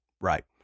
right